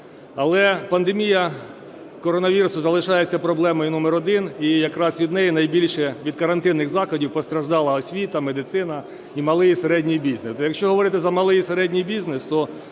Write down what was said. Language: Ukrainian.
Але пандемія коронавірусу залишається проблемою номер один, і якраз від неї найбільше, від карантинних заходів, постраждала освіта, медицина і малий, середній бізнес.